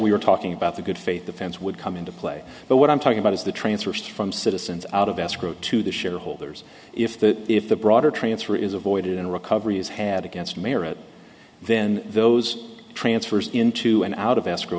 we were talking about the good faith the fans would come into play but what i'm talking about is the transfers from citizens out of escrow to the shareholders if that if the broader transfer is avoided in recovery is had against merit then those transfers into and out of escrow